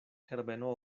herbeno